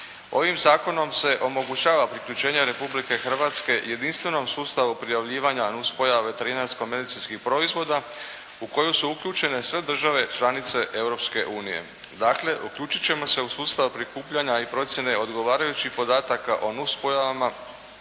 Ovim zakonom se omogućava priključenje Republike Hrvatske jedinstvenom sustavu prijavljivanja nus pojave vegerinasko-medicinskih proizvoda u koju su uključene sve države članice Europske unije. Dakle, uključit ćemo se u sustav prikupljanja i procjene odgovarajućih podataka o nus pojavama,